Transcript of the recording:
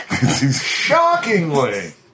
shockingly